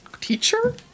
teacher